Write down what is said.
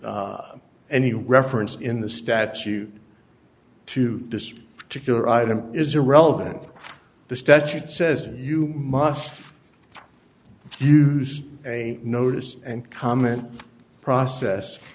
of any reference in the statute to destry particular item is irrelevant the statute says you must use a notice and comment process